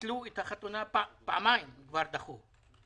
שכבר פעמיים דחו את החתונה.